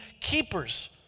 keepers